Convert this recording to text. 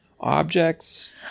objects